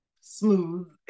smooth